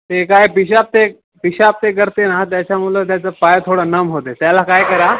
ते काय पिशाब ते पिशाब ते करते ना त्याच्यामुळे त्याचं पाय थोडं नम होते त्याला काय करा